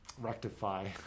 rectify